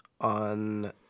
on